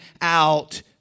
out